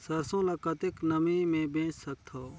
सरसो ल कतेक नमी मे बेच सकथव?